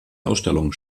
ausstellungen